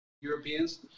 Europeans